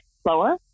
slower